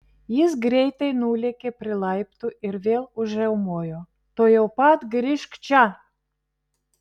jis greitai nulėkė prie laiptų ir vėl užriaumojo tuojau pat grįžk čia